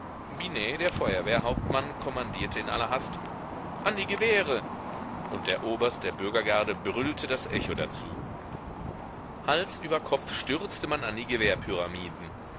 der feuerwehrhauptmann kommandierte in aller hast an die gewehre und der oberst der bürgergarde brüllte das echo dazu hals über kopf stürzte man an die